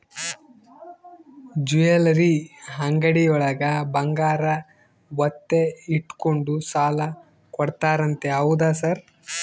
Jewellery ಅಂಗಡಿಯೊಳಗ ಬಂಗಾರ ಒತ್ತೆ ಇಟ್ಕೊಂಡು ಸಾಲ ಕೊಡ್ತಾರಂತೆ ಹೌದಾ ಸರ್?